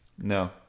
No